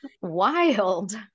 wild